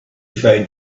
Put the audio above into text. found